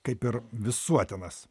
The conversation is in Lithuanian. kaip ir visuotinas